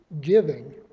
giving